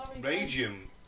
Radium